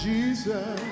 Jesus